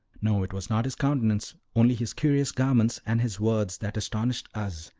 no it was not his countenance, only his curious garments and his words that astonished us,